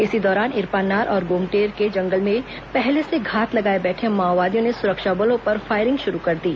इसी दौरान इरपानार और गोमटेर के जंगल में पहले से घात लगाए बैठे माओवादियों ने सुरक्षा बलों पर फायरिंग शुरू कर दी